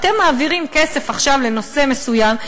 אתם מעבירים כסף עכשיו לנושא מסוים,